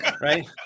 Right